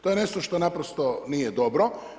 To je nešto što naprosto nije dobro.